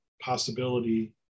possibility